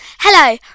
Hello